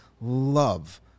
love